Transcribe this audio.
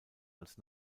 als